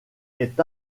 est